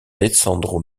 alessandro